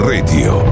Radio